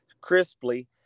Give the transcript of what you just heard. crisply